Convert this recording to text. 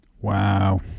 Wow